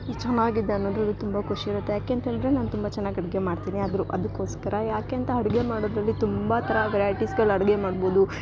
ಇದು ಚೆನ್ನಾಗಿದೆ ಅನ್ನೋದು ಅದು ತುಂಬ ಖುಷಿಯಿರುತ್ತೆ ಯಾಕೆ ಅಂತ ಹೇಳಿದ್ರೆ ನಾನು ತುಂಬ ಚೆನ್ನಾಗ್ ಅಡಿಗೆ ಮಾಡ್ತೀನಿ ಅದರ ಅದಕೋಸ್ಕರ ಯಾಕೆ ಅಂತ ಅಡ್ಗೆ ಮಾಡೋದರಲ್ಲಿ ತುಂಬ ಥರ ವೆರೈಟೀಸ್ಗಳು ಅಡಿಗೆ ಮಾಡ್ಬೋದು